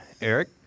Eric